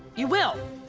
you will.